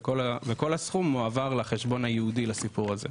וכל הסכום מועבר לחשבון הייעודי לסיפור הזה.